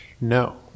No